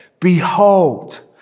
Behold